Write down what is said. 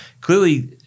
clearly